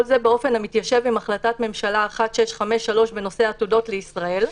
כל זה באופן המתיישב עם החלטת הממשלה 1653 בנושא עתודות לישראל.